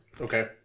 Okay